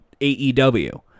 AEW